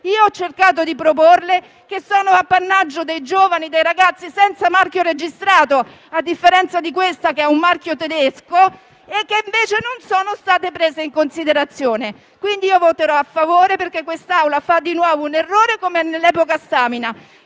io ho cercato di proporre - che sono appannaggio dei giovani, dei ragazzi, senza marchio registrato, a differenza di questa che è un marchio tedesco e che invece non sono state prese in considerazione. Voterò a favore dell'emendamento 8.200 perché l'Assemblea sta facendo di nuovo un errore, come nell'epoca Stamina;